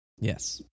Yes